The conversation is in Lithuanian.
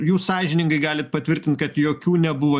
jūs sąžiningai galit patvirtint kad jokių nebuvo